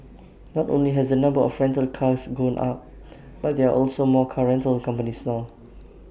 not only has the number of rental cars gone up but there are also more car rental companies now